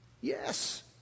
Yes